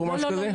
או משהו כזה?